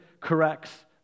corrects